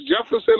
Jefferson